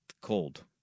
cold